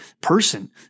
person